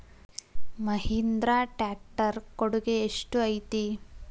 Mahindra tractor ಕೊಡುಗೆ ಎಷ್ಟು ಐತಿ?